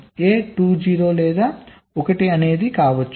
A2 0 లేదా 1 కావచ్చు